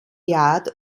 yard